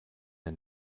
der